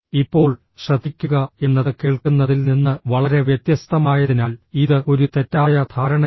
ഇപ്പോൾ ശ്രധിക്കുക എന്നത് കേൾക്കുന്നതിൽ നിന്ന് വളരെ വ്യത്യസ്തമായതിനാൽ ഇത് ഒരു തെറ്റായ ധാരണയാണ്